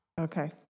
Okay